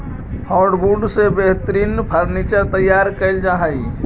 hardwood से बेहतरीन furniture तैयार कैल जा हइ